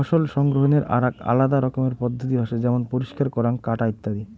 ফসল সংগ্রহনের আরাক আলাদা রকমের পদ্ধতি হসে যেমন পরিষ্কার করাঙ, কাটা ইত্যাদি